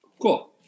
Cool